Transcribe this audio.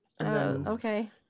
Okay